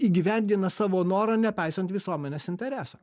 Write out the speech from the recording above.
įgyvendina savo norą nepaisant visuomenės intereso